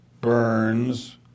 Burns